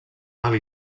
alt